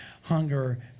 hunger